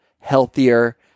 healthier